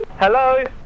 Hello